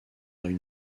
une